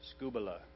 Scubala